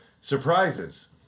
surprises